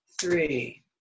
three